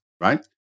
right